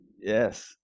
yes